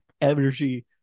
energy